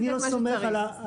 אני לא סומך על הפוליטיקה.